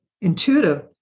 intuitive